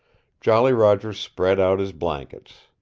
jolly roger spread out his blankets.